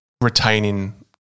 retaining